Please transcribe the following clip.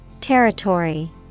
Territory